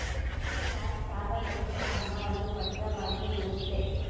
bank ಸಾರ್ವಜನಿಕರ ಹಣವನ್ನು ಭದ್ರವಾಗಿ ಇಡುತ್ತೆ